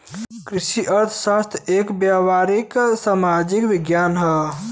कृषि अर्थशास्त्र एक व्यावहारिक सामाजिक विज्ञान हौ